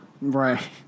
Right